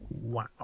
Wow